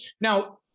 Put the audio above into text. Now